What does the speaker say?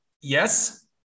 yes